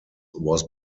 was